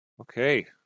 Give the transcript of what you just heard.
Okay